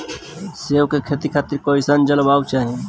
सेब के खेती खातिर कइसन जलवायु चाही?